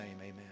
amen